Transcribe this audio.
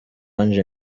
ange